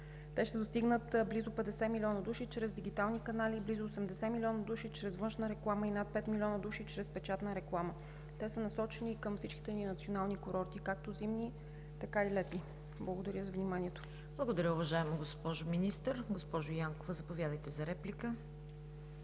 Те ще достигнат близо 50 милиона души чрез дигитални канали и близо 80 милиона души чрез външна реклама и над 5 милиона души чрез печатна реклама. Те са насочени към всичките ни национални курорти, както зимни, така и летни. Благодаря за вниманието. ПРЕДСЕДАТЕЛ ЦВЕТА КАРАЯНЧЕВА: Благодаря, уважаема госпожо Министър. Госпожо Янкова – заповядайте, за реплика.